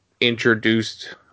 introduced